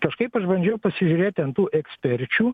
kažkaip aš bandžiau pasižiūrėt ten tų eksperčių